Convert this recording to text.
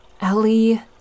Ellie